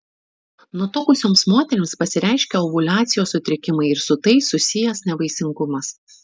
nutukusioms moterims pasireiškia ovuliacijos sutrikimai ir su tai susijęs nevaisingumas